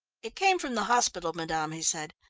it came from the hospital, madame, he said.